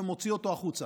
ומוציא אותו החוצה.